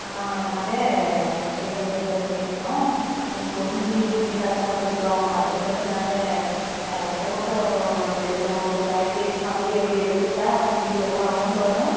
ஆ ஆமாங்க அந்த சிறுவைண்டத்துலேருந்து பேசுகிறோம் ஏன் பொண்ணுக்கு நிச்சயத்தார்த்தம் வச்சுருக்கோம் அதுக்கு வந்து நாங்கள் ஃபோட்டோ எடுக்கணும் ஒரு பேக்கேஜ் மாதிரி அப்படி எடுத்துகிட்டா உங்களுக்கு எவ்வளோ அமௌண்ட் வரும்